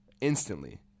instantly